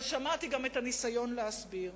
אבל שמעתי גם את הניסיון להסביר.